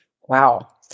Wow